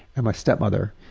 and my stepmother,